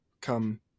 come